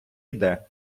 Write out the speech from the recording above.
йде